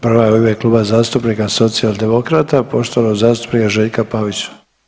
Prva je u ime Kluba zastupnika Socijaldemokrata poštovanog zastupnika Željka Pavića.